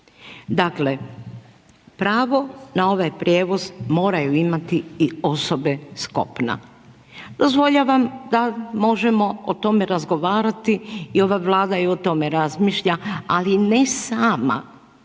Dakle pravo na ovaj prijevoz moraju imati i osobe s kopna. Dozvoljavam da možemo o tome razgovarati i ova Vlada i o tome razmišlja ali ne sama,